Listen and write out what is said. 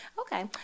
Okay